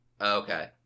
Okay